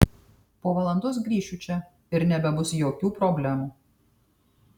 po valandos grįšiu čia ir nebebus jokių problemų